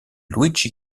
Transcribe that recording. luigi